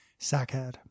Sackhead